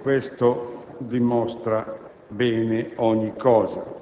Questo dimostra bene ogni cosa.